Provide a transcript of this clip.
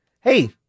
hey